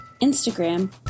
Instagram